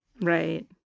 Right